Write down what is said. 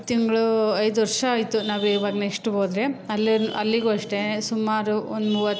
ಐದು ತಿಂಗಳು ಐದು ವರ್ಷ ಆಯಿತು ನಾವು ಈವಾಗ ನೆಕ್ಸ್ಟ್ ಹೋದರೆ ಅಲ್ಲಿ ಅಲ್ಲಿಗೂ ಅಷ್ಟೆ ಸುಮಾರು ಒಂದು ಮೂವತ್ತು